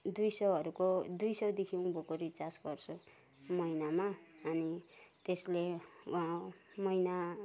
दुई सौहरूको दुई सौदेखि उभोको रिचार्ज गर्छु महिनामा अनि त्यसले महिना